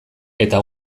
eta